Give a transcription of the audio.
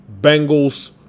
Bengals